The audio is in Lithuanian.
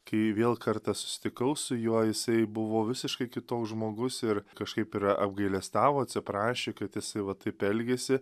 kai vėl kartas tikau su juo jisai buvo visiškai kitoks žmogus ir kažkaip apgailestavo atsiprašė kad jisai va taip elgiasi